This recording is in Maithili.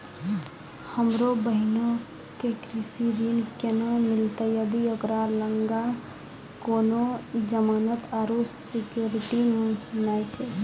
हमरो बहिनो के कृषि ऋण केना मिलतै जदि ओकरा लगां कोनो जमानत आरु सिक्योरिटी नै छै?